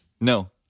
No